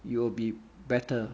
it will be better